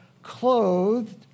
clothed